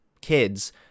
kids